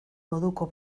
moduko